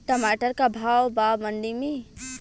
टमाटर का भाव बा मंडी मे?